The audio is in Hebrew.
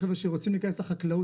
של חבר'ה שרוצים להיכנס לחקלאות.